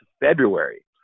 February